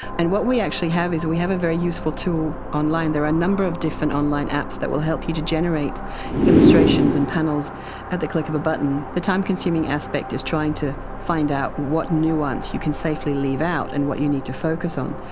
and what we actually have is we have a very useful tool online. there are a number of different online apps that will help you to generate illustrations and panels at the click of a button. the time-consuming aspect is trying to find out what nuance you can safely leave out and what you need to focus on.